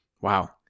Wow